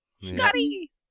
Scotty